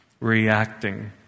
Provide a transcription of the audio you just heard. reacting